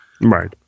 right